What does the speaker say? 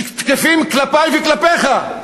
שתקפים כלפי וכלפיך,